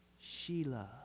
Sheila